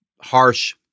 harsh